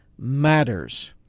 Matters